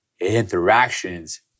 interactions